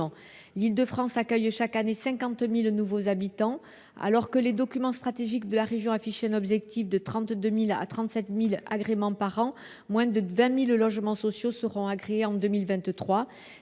L’Île de France accueille chaque année 50 000 nouveaux habitants. Alors que les documents stratégiques de la région affichent un objectif de 32 000 à 37 000 agréments par an, moins de 20 000 logements sociaux seront agréés en 2023.